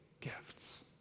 gifts